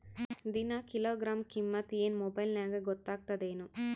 ದಿನಾ ಕಿಲೋಗ್ರಾಂ ಕಿಮ್ಮತ್ ಏನ್ ಮೊಬೈಲ್ ನ್ಯಾಗ ಗೊತ್ತಾಗತ್ತದೇನು?